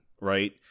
right